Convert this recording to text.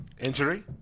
injury